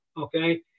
Okay